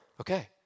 Okay